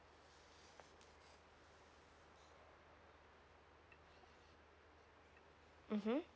mmhmm